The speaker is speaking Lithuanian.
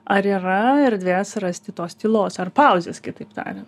ar yra erdvės rasti tos tylos ar pauzės kitaip tariant